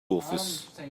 office